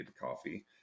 coffee